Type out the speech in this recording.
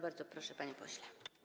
Bardzo proszę, panie pośle.